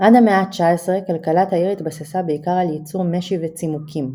עד המאה ה-19 כלכלת העיר התבססה בעיקר על ייצור משי וצימוקים.